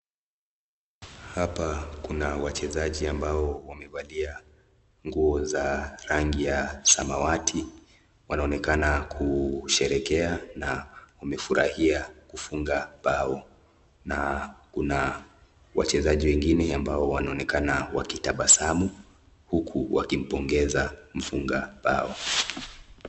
Hapa kuna wachezaji ambao wamevalia nguo za rangi ya samawati. Wanaonekana kusherehekea na wamefurahia kufunga bao. Na kuna wachezaji wengine ambao wanaonekana wakitabasamu huku wakimpongeza mfunga bao.